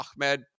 Ahmed